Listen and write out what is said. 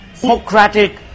democratic